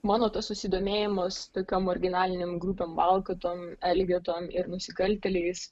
mano tas susidomėjimas tokiom marginalinėm grupėm valkatom elgetom ir nusikaltėliais